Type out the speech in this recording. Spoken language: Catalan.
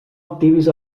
activis